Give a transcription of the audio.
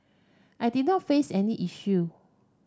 I did not face any issue